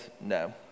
no